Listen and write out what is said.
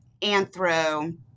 anthro